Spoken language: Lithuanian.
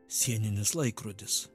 sieninis laikrodis